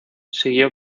siguió